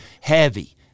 heavy